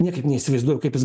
niekaip neįsivaizduoju kaip jis